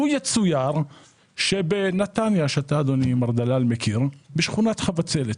לו יצויר שבנתניה שאתה אדוני מר דלל מכיר בשכונת חבצלת,